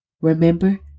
Remember